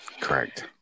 correct